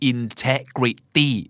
Integrity